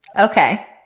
Okay